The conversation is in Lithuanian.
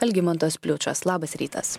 algimantas pliučas labas rytas